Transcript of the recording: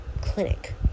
clinic